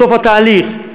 בסוף התהליך,